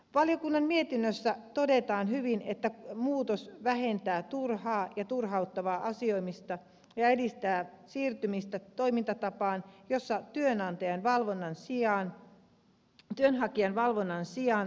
valiokunnan mietinnössä todetaan hyvin että muutos vähentää turhaa ja turhauttavaa asioimista ja edistää siirtymistä toimintatapaan jossa työnhakijan valvonnan sijaan työnhakijaa palvellaan